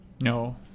no